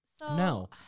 No